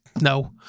no